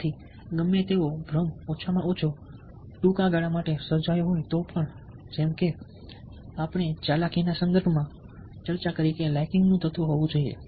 તેથી ગમે તેવો ભ્રમ ઓછામાં ઓછો ટૂંકા ગાળા માટે સર્જાયો હોય તો પણ જેમ કે આપણે ચાલાકીના સંદર્ભમાં ચર્ચા કરી છે કે લાઈકીંગનું તત્વ હોવું જોઈએ